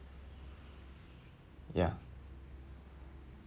ya